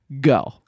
Go